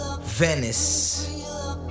venice